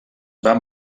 van